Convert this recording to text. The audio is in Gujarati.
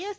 એસ